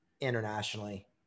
internationally